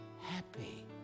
happy